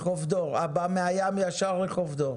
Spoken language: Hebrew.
מהים ישר לחוף דור.